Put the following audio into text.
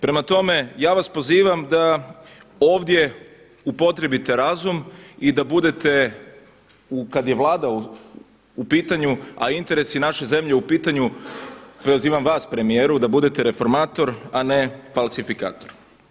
Prema tome, ja vas pozivam da ovdje upotrijebite razum i da budete kad je Vlada u pitanju a interesi naše zemlje u pitanju, pozivam vas premijeru da budete reformator a ne falsifikator.